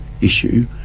issue